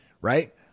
right